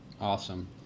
Awesome